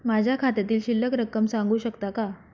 माझ्या खात्यातील शिल्लक रक्कम सांगू शकता का?